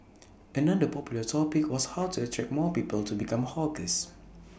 another popular topic was how to attract more people to become hawkers